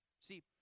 See